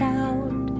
out